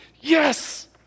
Yes